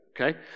Okay